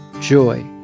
joy